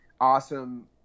awesome